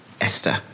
Esther